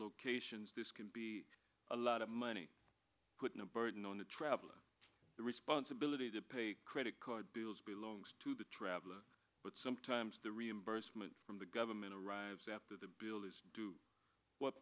locations this can be a lot of money putting a burden on the traveler the responsibility to pay the credit card bills belongs to the traveler but sometimes the reimbursement from the government arrives up with the bill is due what